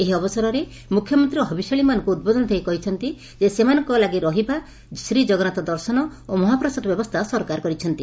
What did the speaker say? ଏହି ଅବସରରେ ମୁଖ୍ୟମନ୍ତୀ ହବିଷ୍ୟାଳିମାନଙ୍କୁ ଉଦବୋଧନ ଦେଇ କହିଲେ ସେମାନଙ୍କ ଲାଗି ରହିବା ଶ୍ରୀଜଗନ୍ନାଥ ଦର୍ଶନ ଏବଂ ମହାପ୍ରସାଦ ବ୍ୟବସ୍ରା ସରକାର କରିଛନ୍ତି